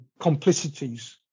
complicities